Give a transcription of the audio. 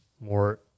more